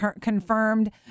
confirmed